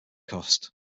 cost